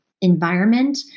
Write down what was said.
environment